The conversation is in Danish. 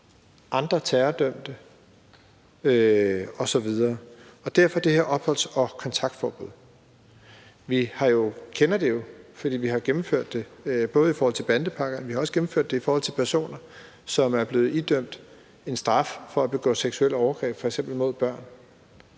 andre terrordømte osv. – så derfor det her opholds- og kontaktforbud. Vi kender det jo, for vi har gennemført det, både i bandepakkerne, men vi har også gennemført det i forhold til personer, som er blevet idømt en straf for at begå seksuelle overgreb, f.eks. mod børn.